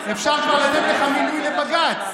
אפשר כבר לתת לך מינוי לבג"ץ.